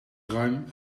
ruim